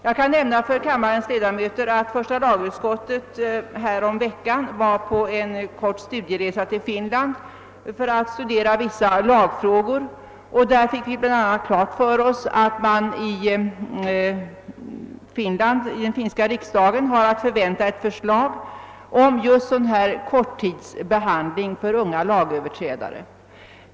Jag kan nämna för kammarens ledamöter att vi i första lagutskottet häromveckan var på en kort studieresa till Finland för att få information om vissa lagfrågor. Vi fick klart för oss att man i den finska riksdagen har att förvänta ett förslag om just sådan här korttidsbehandling för unga lagöverträdare.